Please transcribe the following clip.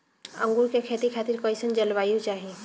अंगूर के खेती खातिर कइसन जलवायु चाही?